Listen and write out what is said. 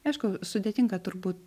aišku sudėtinga turbūt